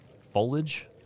foliage